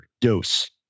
Dose